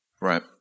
Right